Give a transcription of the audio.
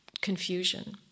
confusion